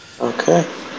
Okay